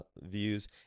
views